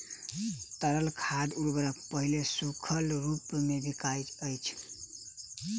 तरल खाद उर्वरक पहिले सूखल रूपमे बिकाइत अछि